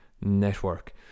network